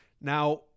Now